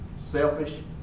selfish